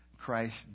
Christ